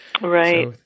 Right